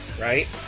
right